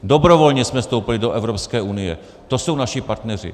Dobrovolně jsme vstoupili do Evropské unie, to jsou naši partneři.